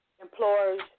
employers